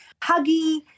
huggy